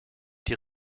die